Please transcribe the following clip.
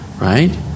Right